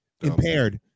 impaired